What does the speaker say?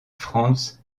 frans